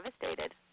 devastated